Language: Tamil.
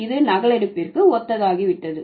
இது நகலெடுப்பிற்கு ஒத்ததாகிவிட்டது